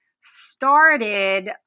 started